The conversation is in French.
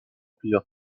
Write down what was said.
plusieurs